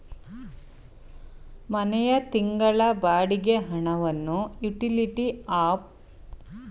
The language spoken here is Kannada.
ಮನೆಯ ತಿಂಗಳ ಬಾಡಿಗೆ ಹಣವನ್ನು ಯುಟಿಲಿಟಿ ಆಪ್ ಮುಖಾಂತರ ಸಂದಾಯ ಮಾಡಬಹುದೇ?